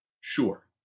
Sure